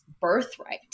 birthright